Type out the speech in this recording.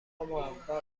موفق